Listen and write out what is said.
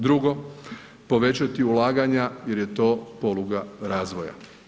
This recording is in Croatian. Drugo, povećati ulaganja jer je to poluga razvoja.